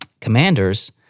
commanders